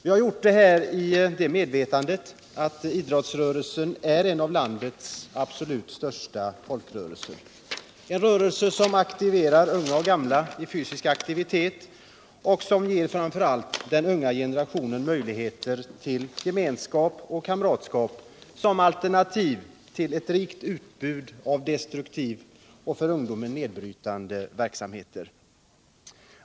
Vi har gjort det i medvetandet att idrottsrörelsen är en av landets absolut största folkrörelser, en rörelse som stimulerar unga och gamla till fysisk aktivitet och som ger framför allt den unga generationen möjligheter till gemenskap och kamratskap som alternativ till ett rikt utbud av destruktiva och för ungdomen nedbrytande verksamheter.